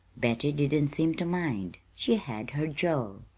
betty didn't seem to mind. she had her joe.